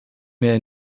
mehr